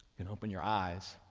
can open your eyes.